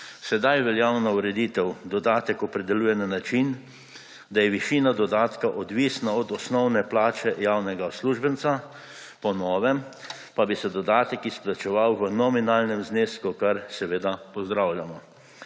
Sedaj veljavna ureditev dodatek opredeljuje na način, da je višina dodatka odvisna od osnovne plače javnega uslužbenca, po novem pa bi se dodatek izplačeval v nominalnem znesku, kar seveda pozdravljamo.